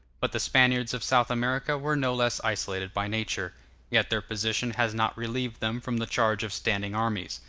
but the spaniards of south america were no less isolated by nature yet their position has not relieved them from the charge of standing armies.